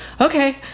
okay